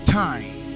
time